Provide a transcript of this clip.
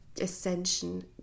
ascension